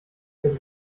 hätte